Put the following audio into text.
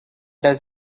does